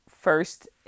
first